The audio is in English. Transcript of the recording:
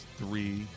three